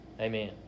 Amen